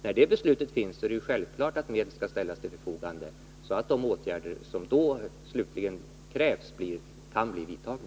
När beslutet finns är det självklart att medel skall ställas till förfogande så att de åtgärder som slutligen krävs kan bli vidtagna.